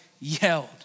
yelled